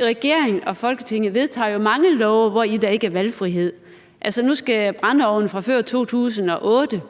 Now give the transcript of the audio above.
Regeringen og Folketinget vedtager jo mange love, hvori der ikke er valgfrihed. Altså, nu skal brændeovne fra før 2008